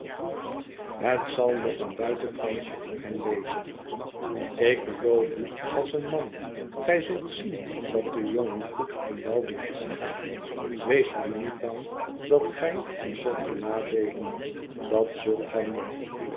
het zal nog een buitenkansje voor hem wezen ik beloof u als een man gij zult zien dat de jongen goed en wel weer heengaat wees maar niet bang dat gij hem zult benadeelen dat zult gij niet